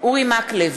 אורי מקלב,